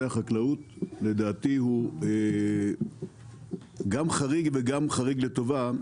החקלאות הוא גם חריג וגם חריג לטובה.